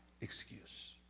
excuse